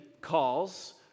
calls